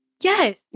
Yes